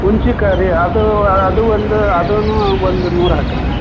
ಹುಣ್ಸೇಕಾಯ್ರಿ ಅದು ಅದು ಒಂದು ಅದನ್ನು ಒಂದು ನೂರು ಹಾಕಿರಿ